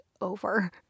over